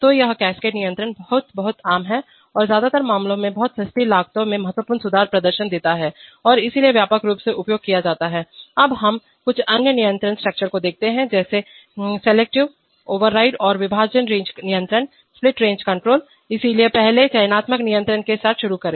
तो यह कैस्केड नियंत्रण बहुत बहुत आम है और ज्यादातर मामलों में बहुत सस्ती लागतों में महत्वपूर्ण सुधार प्रदर्शन देता है और इसलिए व्यापक रूप से उपयोग किया जाता है अब हम कुछ अन्य नियंत्रण स्ट्रक्चर को देखते हैं जैसे चयनात्मक सेलेक्टिव ओवरराइड और विभाजन रेंज नियंत्रण स्प्लिट रेंज कंट्रोल इसलिए पहले चयनात्मक नियंत्रण के साथ शुरू करें